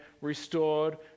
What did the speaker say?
restored